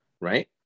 right